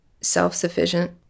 self-sufficient